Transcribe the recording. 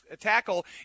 tackle